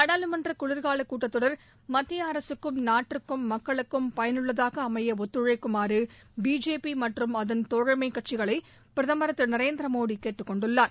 நாடாளுமன்ற குளிர்க்கால கூட்டத்தொடர் மத்திய அரசுக்கும் நாட்டிற்கும் மக்களுக்கும் பயனுள்ளதாக அமைய ஒத்துழைக்குமாறு பிஜேபி மற்றும் அதன் தோழமை கட்சிகளை பிரதம் திரு நரேந்திர மோடி கேட்டுக்கொண்டுள்ளார்